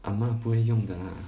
阿嫲不会用的啦